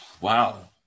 Wow